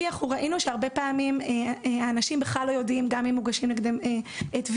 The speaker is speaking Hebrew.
כי ראינו שהרבה פעמים אנשים בכלל לא יודעים גם אם מוגשים נגדם תביעות,